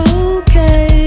okay